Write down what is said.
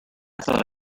thought